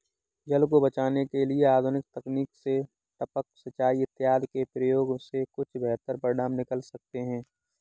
जल को बचाने के लिए आधुनिक तकनीक से टपक सिंचाई इत्यादि के प्रयोग से कुछ बेहतर परिणाम निकल सकते हैं